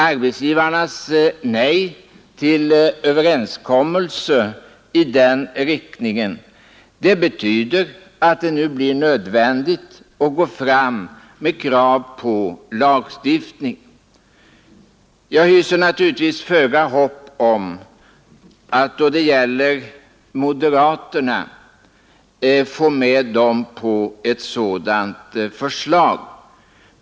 Arbetsgivarnas nej till en överenskommelse i den riktningen betyder att det nu blir nödvändigt att gå fram med krav på lagstiftning. Jag hyser naturligtvis föga hopp om att få med moderaterna på ett sådant förslag.